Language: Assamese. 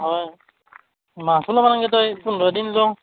হয় মাহটো ল'ব নালগেই তই পোন্ধৰ দিন লৌ